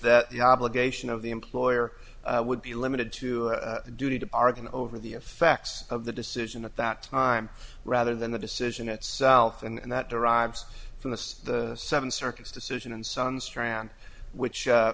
that the obligation of the employer would be limited to a duty to argue over the effects of the decision at that time rather than the decision itself and that derives from the seven circuits decision and sun strand which